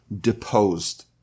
deposed